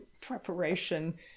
preparation